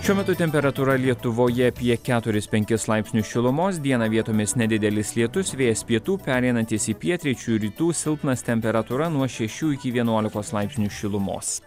šiuo metu temperatūra lietuvoje apie keturis penkis laipsnius šilumos dieną vietomis nedidelis lietus vėjas pietų pereinantis į pietryčių rytų silpnas temperatūra nuo šešių iki vienuolikos laipsnių šilumos